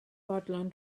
fodlon